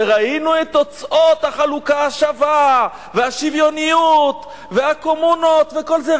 וראינו את תוצאות החלוקה השווה והשוויוניות והקומונות וכל זה.